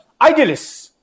idealists